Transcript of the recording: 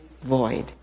void